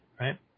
right